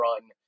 run